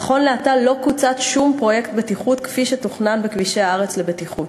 נכון לעתה לא קוצץ שום פרויקט בטיחות כפי שתוכנן בכבישי הארץ לבטיחות.